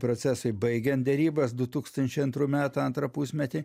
procesui baigiant derybas du tūkstančiai antrų metų antrą pusmetį